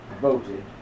voted